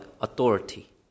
authority